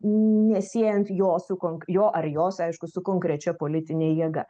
nesiejant jo su konk jo ar jos aišku su konkrečia politine jėga